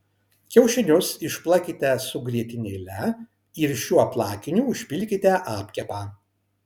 kiaušinius išplakite su grietinėle ir šiuo plakiniu užpilkite apkepą